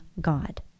God